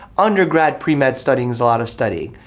undergrad pre-med studying is a lot of studying.